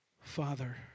Father